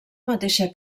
mateixa